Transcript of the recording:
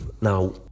Now